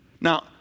Now